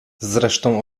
zresztą